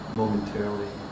momentarily